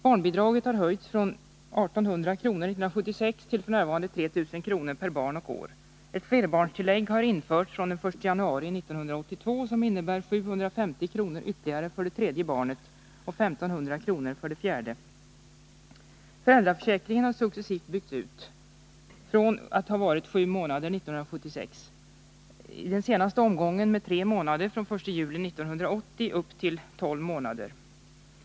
Barnbidraget har höjts från 1 800 kr. 1976 till f. n. 3 000 kr. per barn och år. Ett flerbarnstillägg som innebär ytterligare 750 kr. för det tredje barnet och 1500 kr. för det fjärde införs från den 1 januari 1982. Föräldraförsäkringen, som 1976 omfattade sju månader, har successivt byggts ut. Den senaste förbättringen skedde den 1 juli 1980, då tiden förlängdes med tre månader till tolv månader.